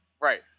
Right